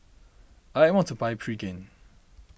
I want to buy Pregain